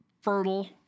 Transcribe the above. fertile